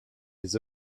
les